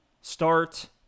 start